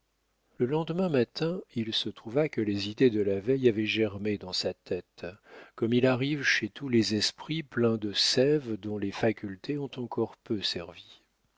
le lendemain matin il se trouva que les idées de la veille avaient germé dans sa tête comme il arrive chez tous les esprits pleins de séve dont les facultés ont encore peu servi